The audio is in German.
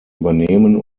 übernehmen